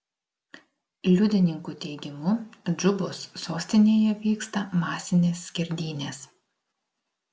liudininkų teigimu džubos sostinėje vyksta masinės skerdynės